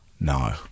No